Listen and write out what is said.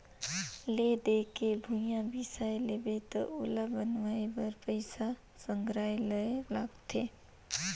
ले दे के भूंइया बिसा लेबे त ओला बनवाए बर पइसा संघराये ले लागथे